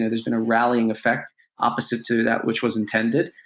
there's been a rallying effect opposite to that which was intended.